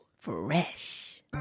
Fresh